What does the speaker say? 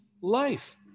life